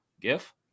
Gif